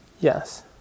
Yes